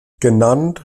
genannt